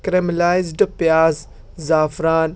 caramelised پیاز زعفران